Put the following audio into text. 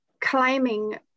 claiming